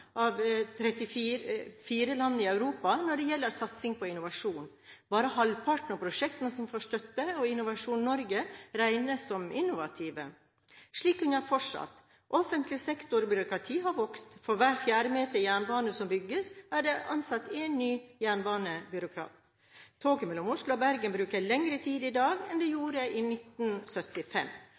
Europa når det gjelder satsing på innovasjon. Bare halvparten av prosjektene som får støtte av Innovasjon Norge, regnes som innovative. Slik kunne jeg ha fortsatt. Offentlig sektor og byråkrati har vokst: For hver fjerde meter jernbane som bygges, er det ansatt én ny jernbanebyråkrat. Toget mellom Oslo og Bergen bruker lengre tid i dag enn det gjorde i 1975.